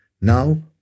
Now